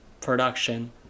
production